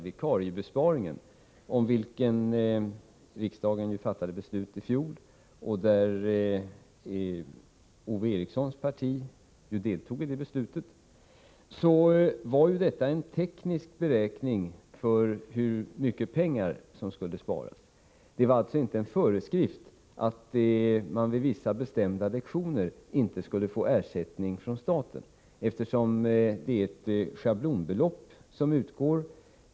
vikariebesparingen, om vilken riksdagen ju fattade ett beslut i fjol som Ove Erikssons parti deltog i, att det gällde en teknisk beräkning av hur mycket pengar som skulle sparas. Det var alltså inte någon föreskrift, att man vid vissa bestämda lektioner inte skulle få ersättning från staten, eftersom det är ett schablonbelopp som utgår.